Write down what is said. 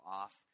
off